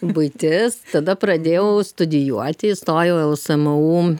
buitis tada pradėjau studijuoti įstojau į lsmu